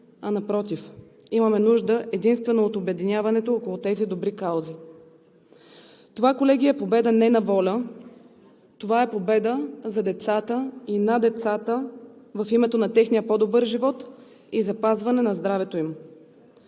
а напротив, имаме нужда единствено от обединяването около тези добри каузи. Това, колеги, е победа не на ВОЛЯ, това е победа за децата и на децата, в името на техния по-добър живот и запазване на здравето им,